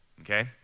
Okay